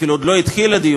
אפילו עוד לא התחיל הדיון,